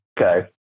Okay